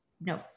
no